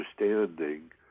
understanding